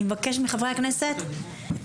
אני מבקשת מחברי הכנסת --- אפשר את רשות הדיבור?